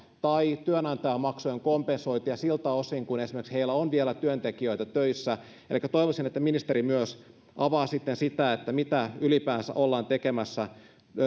tai työnantajamaksujen kompensointia siltä osin kun heillä on vielä työntekijöitä töissä elikkä toivoisin että ministeri myös avaa sitten sitä mitä ylipäänsä ollaan tekemässä